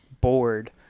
bored